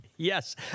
Yes